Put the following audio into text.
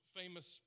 famous